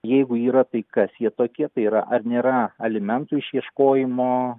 jeigu yra tai kas jie tokie tai yra ar nėra alimentų išieškojimo